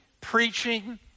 preaching